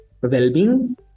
well-being